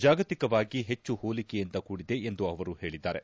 ಜಾಗತಿಕವಾಗಿ ಹೆಚ್ಚು ಹೋಲಿಕೆಯಿಂದ ಕೂಡಿದೆ ಎಂದು ಅವರು ಹೇಳಿದ್ದಾರೆ